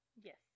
Yes